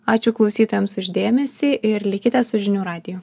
ačiū klausytojams už dėmesį ir likite su žinių radiju